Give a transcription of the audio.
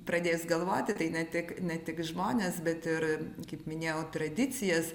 pradėjus galvoti tai ne tik ne tik žmones bet ir kaip minėjau tradicijas